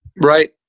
right